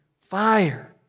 fire